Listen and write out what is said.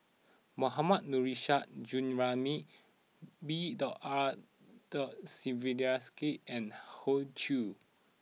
Mohammad Nurrasyid Juraimi B R Sreenivasan and Hoey Choo